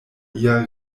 lia